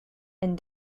and